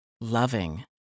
loving